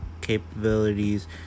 capabilities